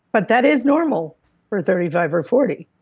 but that is normal for thirty five or forty.